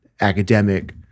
academic